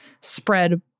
spread